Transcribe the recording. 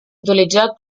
utilitzar